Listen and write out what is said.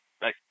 Bye